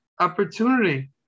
opportunity